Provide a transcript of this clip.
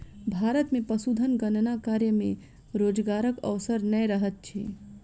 भारत मे पशुधन गणना कार्य मे रोजगारक अवसर नै रहैत छै